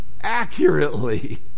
accurately